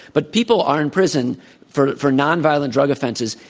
but people are in prison for for non-violent drug offenses